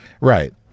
right